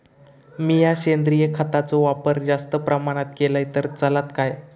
मीया सेंद्रिय खताचो वापर जास्त प्रमाणात केलय तर चलात काय?